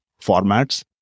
formats